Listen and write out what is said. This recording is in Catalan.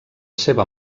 seva